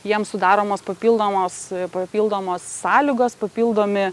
jiem sudaromos papildomos papildomos sąlygos papildomi